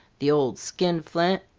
the old skin-flint!